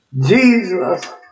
Jesus